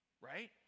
Right